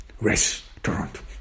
restaurant